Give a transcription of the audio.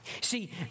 See